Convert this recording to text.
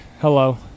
Hello